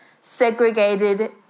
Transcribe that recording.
segregated